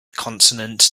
consonant